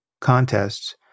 contests